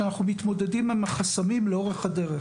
עם החסמים לאורך הדרך.